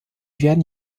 werden